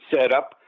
setup